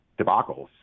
debacles